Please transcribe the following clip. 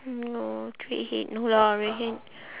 no redhead no lah redhead